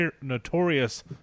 notorious